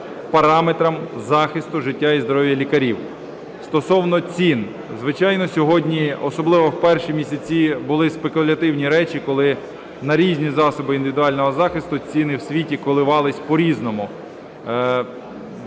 параметрам захисту життя і здоров'я лікарів. Стосовно цін. Звичайно, сьогодні, особливо в перші місяці були спекулятивні речі, коли на різні засоби індивідуального захисту ціни в світі коливались по-різному.